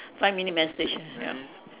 five minute message mm ya